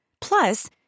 Plus